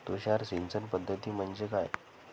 तुषार सिंचन पद्धती म्हणजे काय?